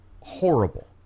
horrible